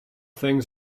things